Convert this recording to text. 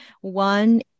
one